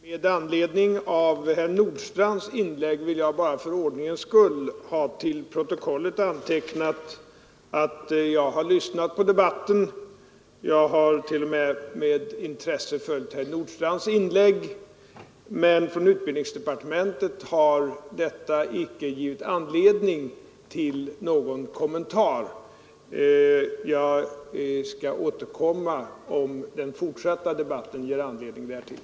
Herr talman! Med anledning av herr Nordstrandhs inlägg vill jag bara för ordningens skull få antecknat i protokollet att jag har lyssnat på debatten och t.o.m. med intresse följt herr Nordstrandhs anföranden, men från utbildningsdepartementet har detta inte gett anledning till någon kommentar. Jag skall återkomma, om den fortsatta debatten ger anledning därtill.